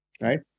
right